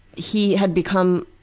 he had become,